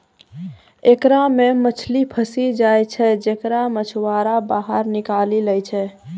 एकरा मे मछली फसी जाय छै जेकरा मछुआरा बाहर निकालि लै छै